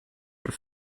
were